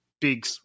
big